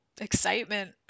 excitement